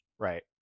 Right